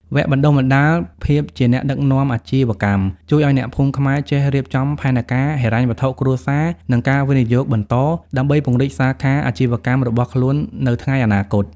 វគ្គបណ្ដុះបណ្ដាល "ភាពជាអ្នកដឹកនាំអាជីវកម្ម" ជួយឱ្យអ្នកភូមិខ្មែរចេះរៀបចំផែនការហិរញ្ញវត្ថុគ្រួសារ និងការវិនិយោគបន្ត ដើម្បីពង្រីកសាខាអាជីវកម្មរបស់ខ្លួននៅថ្ងៃអនាគត។